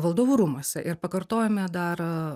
valdovų rūmuose ir pakartojome dar